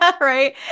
right